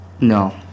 No